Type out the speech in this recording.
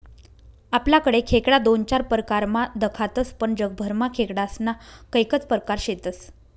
आपलाकडे खेकडा दोन चार परकारमा दखातस पण जगभरमा खेकडास्ना कैकज परकार शेतस